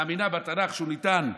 מאמינה בתנ"ך שהוא ניתן מסיני,